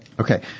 Okay